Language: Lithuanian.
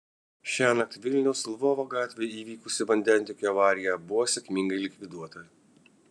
šiąnakt vilniaus lvovo gatvėje įvykusi vandentiekio avarija buvo sėkmingai likviduota